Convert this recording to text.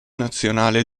nazionale